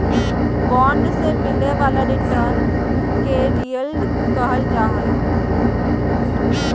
bond से मिलय वाला रिटर्न के यील्ड कहल जा हइ